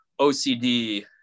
OCD